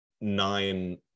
nine